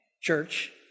church